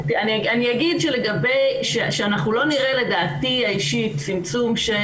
אני אגיד שאנחנו לא נראה לדעתי האישית צמצום של